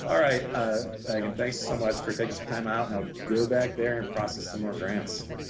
all right, ah meaghan thanks so much for taking some time out, now go back there and process some more grants.